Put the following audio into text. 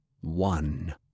one